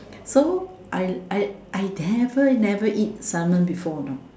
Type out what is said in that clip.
so I I never never eat Salmon before you know